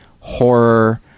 horror